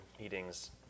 meetings